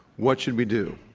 what should we do?